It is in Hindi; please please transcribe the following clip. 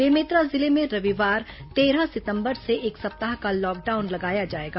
बेमेतरा जिले में रविवार तेरह सितंबर से एक सप्ताह का लॉकडाउन लगाया जाएगा